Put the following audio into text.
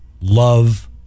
love